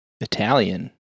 Italian